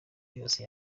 yose